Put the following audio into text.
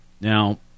Now